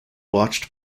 watched